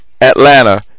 Atlanta